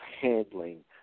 handling